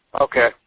Okay